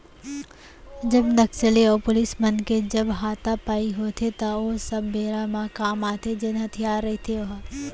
जब नक्सली अऊ पुलिस मन के जब हातापाई होथे त ओ सब बेरा म काम आथे जेन हथियार रहिथे ओहा